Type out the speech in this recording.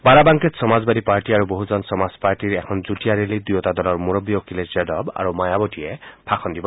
বাৰাবাংকীত Samajwadi party আৰু বহুজন সমাজবাদী পাৰ্টীৰো এখন যুটীয়া ৰেলীত দুয়োটা দলৰ মুৰববী অখিলেশ যাদৱ আৰু মায়াৱতীয়ে ভাষণ দিব